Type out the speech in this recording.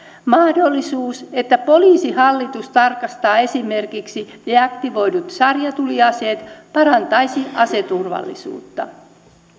mahdollisuus että poliisihallitus tarkastaa esimerkiksi deaktivoidut sarjatuliaseet parantaisi aseturvallisuutta